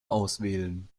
auswählen